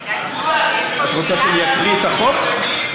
כדאי לקרוא --- את רוצה שאני אקריא את החוק?